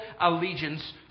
allegiance